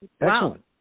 Excellent